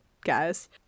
guys